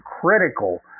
critical